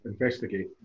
investigate